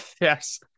Yes